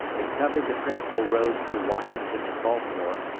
it covered the principal roads to washington and baltimore,